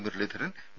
Muraleedharan V